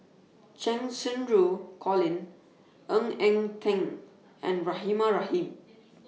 Cheng Xinru Colin Ng Eng Teng and Rahimah Rahim